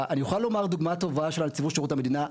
אני אוכל לומר דוגמא טובה לש נציבות שירות המדינה.